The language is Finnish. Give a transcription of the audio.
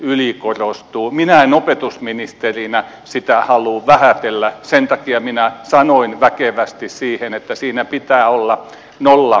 minä en opetusministerinä sitä halua vähätellä sen takia minä sanoin väkevästi siihen että siinä pitää olla nollatoleranssi